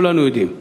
כולנו יודעים.